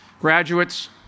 Graduates